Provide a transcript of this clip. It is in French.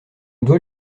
doit